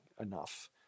enough